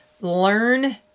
learn